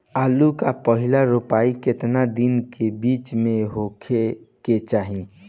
आलू क पहिला रोपाई केतना दिन के बिच में होखे के चाही?